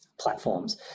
platforms